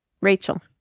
Rachel